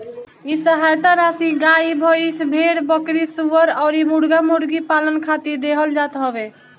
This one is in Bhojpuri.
इ सहायता राशी गाई, भईस, भेड़, बकरी, सूअर अउरी मुर्गा मुर्गी पालन खातिर देहल जात हवे